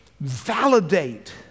validate